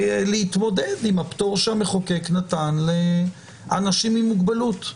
להתמודד עם הפטור שהמחוקק נתן לאנשים עם מוגבלות.